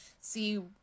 see